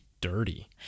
dirty